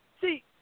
See